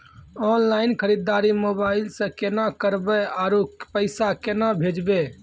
Online खरीददारी mobile से केना करबै, आरु पैसा केना भेजबै?